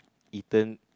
eaten